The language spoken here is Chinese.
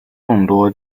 众多